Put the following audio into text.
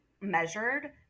measured